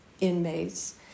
inmates